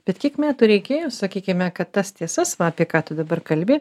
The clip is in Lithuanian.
bet kiek metų reikėjo sakykime kad tas tiesas va apie ką tu dabar kalbi